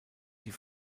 die